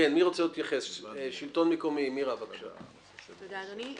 קודם כל,